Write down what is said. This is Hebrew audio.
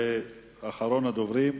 ואחרון הדוברים,